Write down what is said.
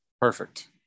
Perfect